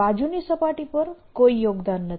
બાજુની સપાટી પર કોઈ યોગદાન નથી